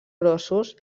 grossos